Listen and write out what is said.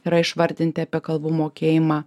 yra išvardinti apie kalbų mokėjimą